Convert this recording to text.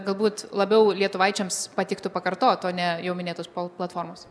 galbūt labiau lietuvaičiams patiktų pakartot o ne jau minėtos pal platformos